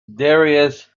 darius